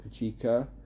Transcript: Pachika